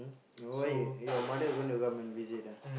oh why your your mother going to come and visit ah